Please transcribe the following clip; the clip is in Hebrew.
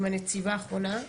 עם הנציבה האחרונה,